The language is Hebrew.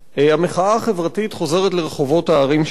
הצעה לסדר-היום מהדוכן.